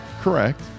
Correct